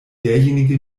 derjenige